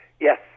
Yes